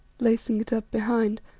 lacing it up behind,